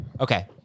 Okay